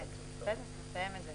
כן, נסיים את זה.